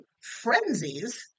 frenzies